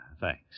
thanks